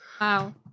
Wow